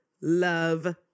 love